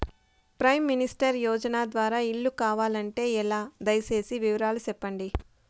Prime minister యోజన ద్వారా ఇల్లు కావాలంటే ఎలా? దయ సేసి వివరాలు సెప్పండి?